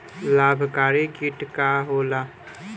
लाभकारी कीट का होला?